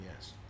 yes